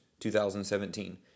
2017